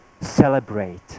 celebrate